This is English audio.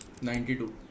92